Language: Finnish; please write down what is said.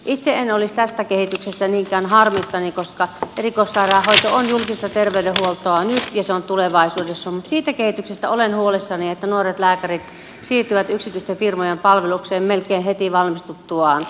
itse en olisi tästä kehityksestä niinkään harmissani koska erikoissairaanhoito on julkista terveydenhuoltoa nyt ja se on tulevaisuudessa mutta siitä kehityksestä olen huolissani että nuoret lääkärit siirtyvät yksityisten firmojen palvelukseen melkein heti valmistuttuaan